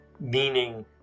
meaning